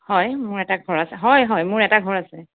হয় মোৰ এটা ঘৰ আছে হয় হয় মোৰ এটা ঘৰ আছে